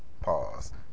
Pause